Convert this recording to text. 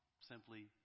simply